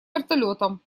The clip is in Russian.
вертолётом